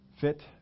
fit